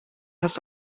hast